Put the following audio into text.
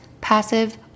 passive